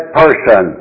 person